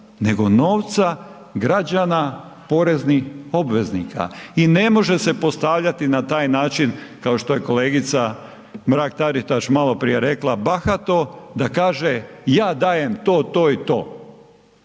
nego novca građana poreznih obveznika. I ne može se postavljati na taj način kao što je kolegica Mrak Taritaš malo prije rekla, bahato, da kaže ja dajem to, to i to.